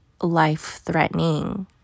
life-threatening